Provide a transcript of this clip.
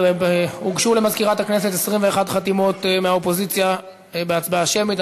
הוגשו למזכירת הכנסת 21 חתימות מהאופוזיציה להצבעה שמית.